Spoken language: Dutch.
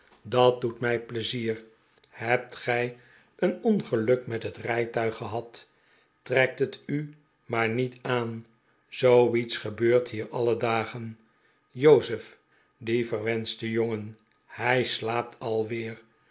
dat doet mij pleizier hebt gij een ongeluk met net rijtuig gehad trekt het u maar niet aan zoo lets gebeurt hier alle dagen jozefl die verwenschte jongen hij slaapt alweer